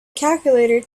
calculator